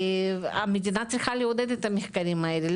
המדינה צריכה לעודד את המחקרים האלה,